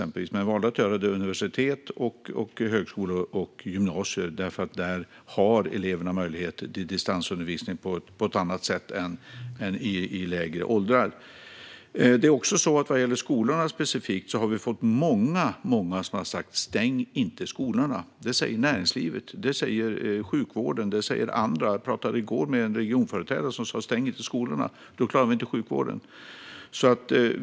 Men vi valde att göra det för universitet, högskolor och gymnasier, därför att eleverna där har möjlighet till distansundervisning på ett annat sätt än man har i lägre åldrar. Vad gäller skolorna är det också många som har sagt: Stäng inte skolorna! Det säger näringslivet, det säger sjukvården och det säger andra. Jag talade i går med en regionföreträdare som sa: Stäng inte skolorna. Då klarar vi inte sjukvården.